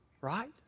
right